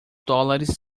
dólares